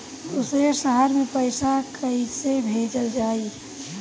दूसरे शहर में पइसा कईसे भेजल जयी?